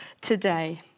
today